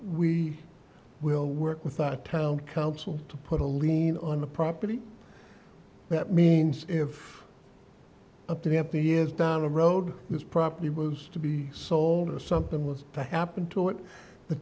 we will work with the town council to put a lien on the property that means if up to the up the years down the road this property was to be sold or something was to happen to it the